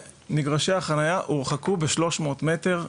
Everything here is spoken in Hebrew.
מגרשי החנייה הורחקו ב-300 מטר.